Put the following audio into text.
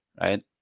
Right